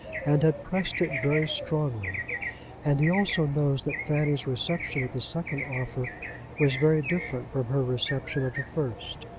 and had pressed it very strongly and he also knows that fanny's reception of the second offer was very different from her reception of the first.